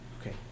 okay